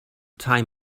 time